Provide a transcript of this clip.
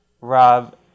Rob